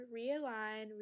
realign